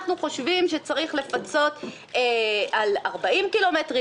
אנחנו חושבים שצריך לפצות על 40 קילומטרים,